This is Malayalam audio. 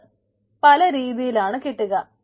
അത് പലരീതിയിലാണ് കിട്ടുക